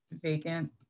vacant